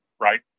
right